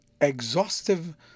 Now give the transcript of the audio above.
exhaustive